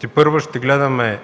тепърва ще гледаме